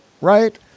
right